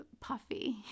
puffy